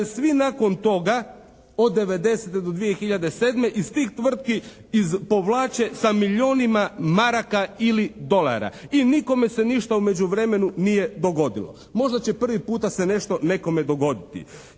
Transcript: dvije hiljade sedme iz tih tvrtki izpovlače sa milijunima maraka ili dolara. I nikome se ništa u međuvremenu nije dogodilo. Možda će prvi puta se nešto nekome dogoditi.